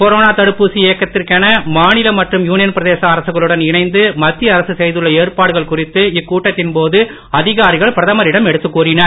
corona தடுப்பூசி இயக்கத்திற்கென மாநில மற்றும் யூனியன் பிரதேச அரசுகளுடன் இணைந்து மத்திய அரசு செய்துள்ள ஏற்பாடுகள் குறித்து இக்கூட்டத்தின் போது அதிகாரிகள் பிரதமரிடம் எடுத்துக் கூறினர்